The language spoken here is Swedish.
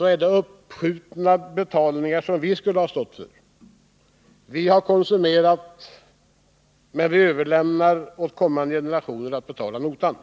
är det uppskjutna betalningar som vi skulle ha stått för. Vi har konsumerat, men vi överlämnar till kommande generationer att betala notan.